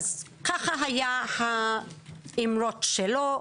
ככה היו האמרות שלו,